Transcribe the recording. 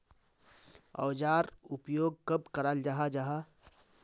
औजार उपयोग कब कराल जाहा जाहा?